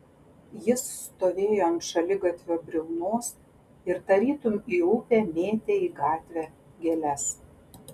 jis stovėjo ant šaligatvio briaunos ir tarytum į upę mėtė į gatvę gėles